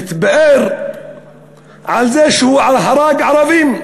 מתפאר בזה שהוא הרג ערבים.